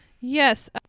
Yes